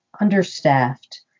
understaffed